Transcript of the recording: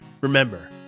remember